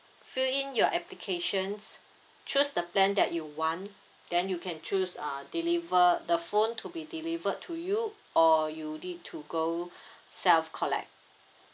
fill in your applications choose the plan that you want then you can choose err deliver the phone to be delivered to you or you need to go self collect